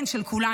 כן, של כולנו.